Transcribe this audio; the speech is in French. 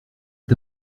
est